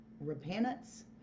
repentance